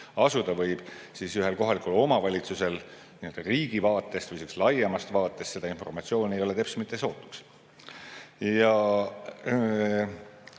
asuda võib, siis ühel kohalikul omavalitsusel riigi vaates või laiemas vaates seda informatsiooni ei ole sootuks. Ja